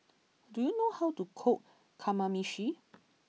do you know how to cook Kamameshi